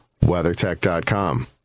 WeatherTech.com